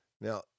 Now